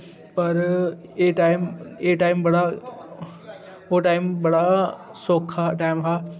पर एह् टाइम एह् टाइम बड़ा ओह् टाइम बड़ा सौखा टाइम हा